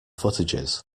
footages